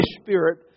Spirit